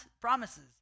promises